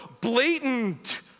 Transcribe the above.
blatant